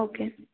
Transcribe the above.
okay